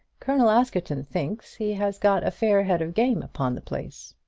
colonel askerton thinks he has got a fair head of game upon the place.